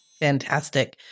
Fantastic